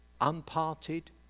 unparted